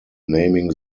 naming